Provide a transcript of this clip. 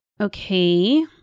Okay